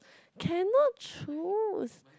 cannot choose